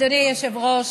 אדוני היושב-ראש,